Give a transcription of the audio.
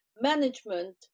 management